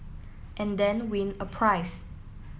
and then win a prize